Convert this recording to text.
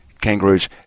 Kangaroos